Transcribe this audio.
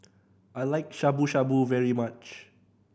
I like Shabu Shabu very much